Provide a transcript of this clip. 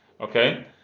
Okay